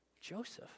Joseph